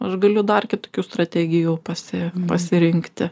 aš galiu dar kitokių strategijų pasi pasirinkti